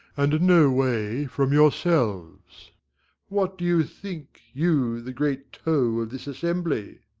and no way from yourselves what do you think, you, the great toe of this assembly?